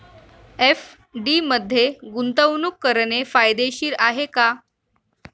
FD मध्ये गुंतवणूक करणे फायदेशीर आहे का?